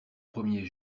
premier